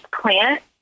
plant